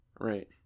Right